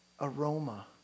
aroma